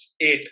eight